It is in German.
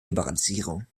liberalisierung